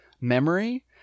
memory